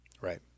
Right